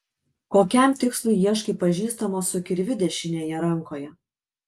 kokiam tikslui ieškai pažįstamo su kirviu dešinėje rankoje